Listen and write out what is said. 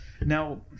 Now